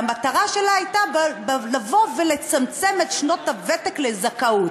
והמטרה שלה הייתה לבוא ולצמצם את שנות הוותק לזכאות.